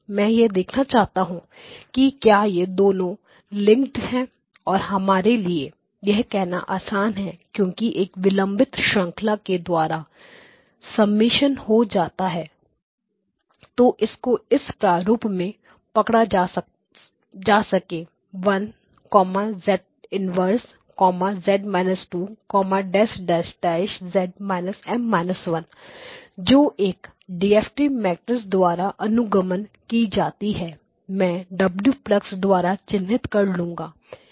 मैं यह देखना चाहता हूं कि क्या यह दोनों लिंकड है और हमारे लिए यह करना आसान है क्योंकि एक विलंबित श्रंखला के द्वारा समेषन हो जाता है तो उनको इस प्रारूप में पकड़ा जा सके 1 z−1 z−2 z− M−1 जो एक डीएफटी मैट्रिक्स द्वारा अनुगमन की जाती है जिसे मैं W† द्वारा चिन्हित कर लूंगा